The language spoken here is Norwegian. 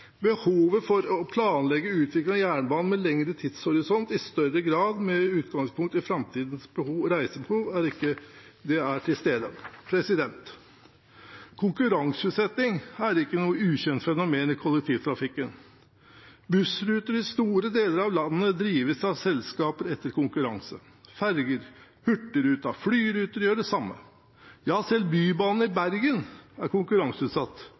Behovet for å planlegge utvikling av jernbanen med lengre tidshorisont og i større grad med utgangspunkt i framtidens reisebehov er til stede. Konkurranseutsetting er ikke noe ukjent fenomen i kollektivtrafikken. Bussruter i store deler av landet drives av selskaper etter konkurranse. Ferger, hurtigruta, flyruter gjør det samme. Ja, selv Bybanen i Bergen er konkurranseutsatt